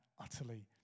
utterly